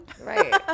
Right